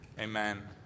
Amen